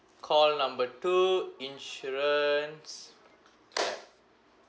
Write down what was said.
call number two insurance clap